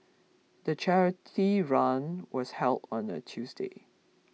the charity run was held on a Tuesday